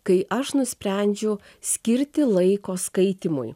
kai aš nusprendžiu skirti laiko skaitymui